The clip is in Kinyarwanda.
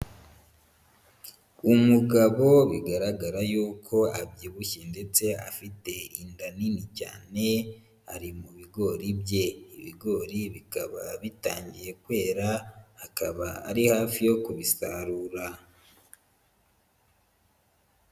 Umugabo bigaragara y'uko abyibushye ndetse afite inda nini cyane, ari mu bigori bye, ibi bigori bikaba bitangiye kwera, akaba ari hafi yo kubisarura.